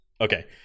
Okay